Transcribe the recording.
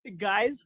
guys